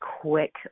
quick